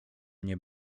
nie